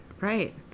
right